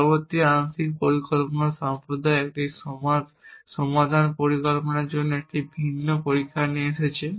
পরিবর্তে আংশিক পরিকল্পনা সম্প্রদায় একটি সমাধান পরিকল্পনার জন্য একটি ভিন্ন পরীক্ষা নিয়ে এসেছে